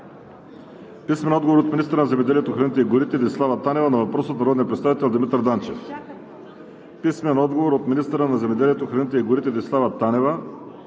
Гьоков; - от министъра на земеделието, храните и горите Десислава Танева на въпрос от народния представител Димитър Данчев; - от министъра на земеделието, храните и горите Десислава Танева